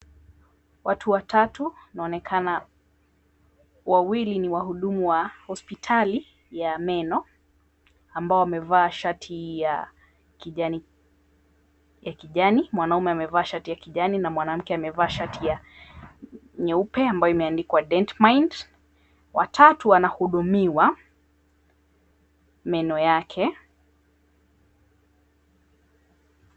Watu watatu wanaonekana. Wawili ni wahudumu wa hospitali ya meno ambao wamevaa shati ya kijani. Mwanaume amevaa shati ya kijani na mwanamke amevaa shati ya nyeupe ambayo imeandikwa, Dent Mind. Wa tatu anahudumiwa meno yake.